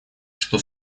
что